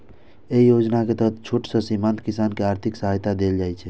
एहि योजना के तहत छोट आ सीमांत किसान कें आर्थिक सहायता देल जाइ छै